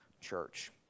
church